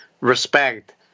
respect